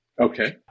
Okay